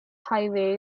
highway